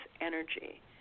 energy